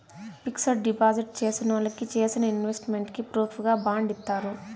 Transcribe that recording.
fixed deposit చేసినోళ్ళకి చేసిన investment కి ప్రూఫుగా బాండ్ ఇత్తారు